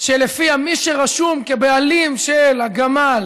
שלפיה מי שרשום כבעלים של הגמל